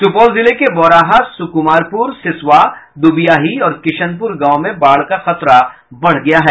सुपौल जिले के बौराहा सुकुमारपुर सिसवा दुबियाही और किशनपुर गांव में बाढ़ का खतरा बढ़ गया है